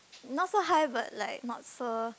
not so high but not so